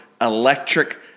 electric